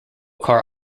car